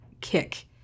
kick